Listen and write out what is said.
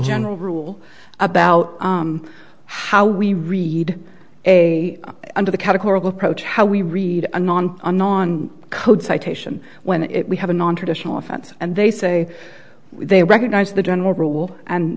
general rule about how we read a under the categorical approach how we read anon anon code citation when it we have a nontraditional offense and they say they recognize the general rule and